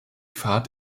fahrt